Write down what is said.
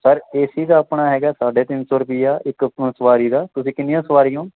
sir A C ਦਾ ਆਪਣਾ ਹੈਗਾ ਸਾਢੇ ਤਿੰਨ ਸੌ ਰੁਪਇਆ ਇੱਕ ਸਵਾਰੀ ਦਾ ਤੁਸੀਂ ਕਿੰਨੀਆਂ ਸਵਾਰੀ ਹੋ